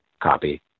Copy